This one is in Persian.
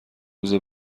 روز